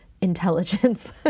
intelligence